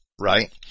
right